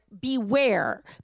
beware